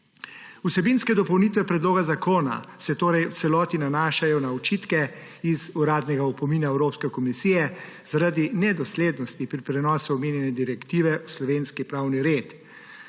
Vsebinske dopolnitve predloga zakona se torej v celoti nanašajo na očitke iz uradnega opomina Evropske komisije zaradi nedoslednosti pri prenosu omenjene direktive v slovenski pravni red.